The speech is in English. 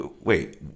wait